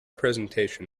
presentation